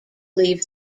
leave